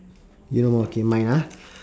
you no more K mine ah